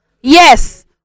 Yes